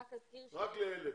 רק לאלה.